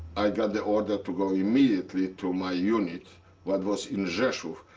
i got the order to go immediately to my unit what was in rzeszow,